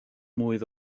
mlwydd